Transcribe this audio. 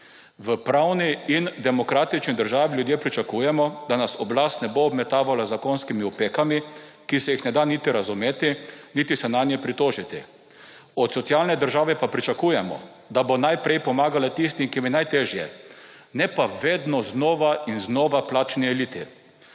V pravni in demokratični državi ljudje pričakujemo, da nas oblast ne bo obmetavala z zakonskimi opekami, ki se jih ne da niti razumeti niti se nanje pritožiti. Od socialne države pa pričakujemo, da bo najprej pomagala tistim, ki jim je najtežje, ne pa vedno znova in znova plačni eliti.